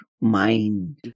mind